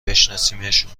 بشناسیمشون